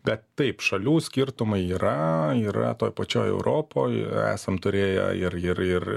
bet taip šalių skirtumai yra yra toj pačioj europoj esam turėję ir ir ir